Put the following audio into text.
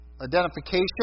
Identification